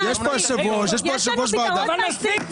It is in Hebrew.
--- כבוד השר, יש לנו פתרון מעשי.